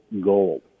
gold